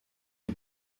dem